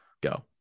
go